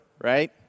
right